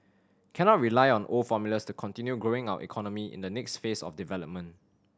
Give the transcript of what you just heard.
cannot rely on old formulas to continue growing our economy in the next phase of development